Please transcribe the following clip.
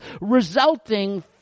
resulting